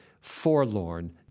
forlorn